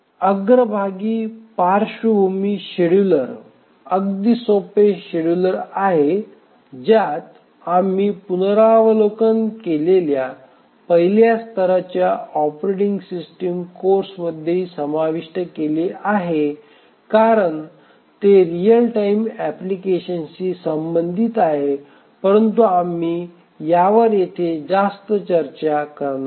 अग्रभागी पार्श्वभूमी शेड्यूलर हे अगदी सोपे शेड्यूलर आहे ज्यात आम्ही पुनरावलोकन केलेल्या पहिल्या स्तराच्या ऑपरेटिंग सिस्टम कोर्समध्येही समाविष्ट केले आहे कारण ते रिअल टाइम अप्लिकेशनशी संबंधित आहे परंतु आम्ही यावर येथे जास्त चर्चा करणार नाही